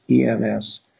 ems